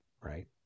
right